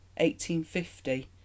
1850